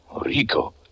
Rico